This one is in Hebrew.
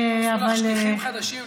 עשו שטיחים חדשים לכבודך.